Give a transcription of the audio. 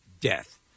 death